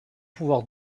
pouvoir